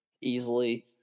easily